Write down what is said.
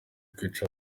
kwica